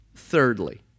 Thirdly